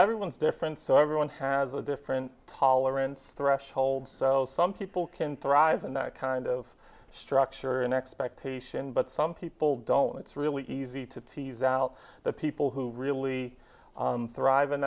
everyone's different so everyone has a different tolerance threshold so some people can thrive in that kind of structure and expectation but some people don't it's really easy to tease out the people who really thrive in